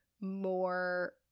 more